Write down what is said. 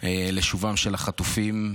לשובם של החטופים.